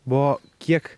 buvo kiek